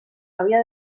havia